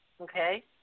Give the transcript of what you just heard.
Okay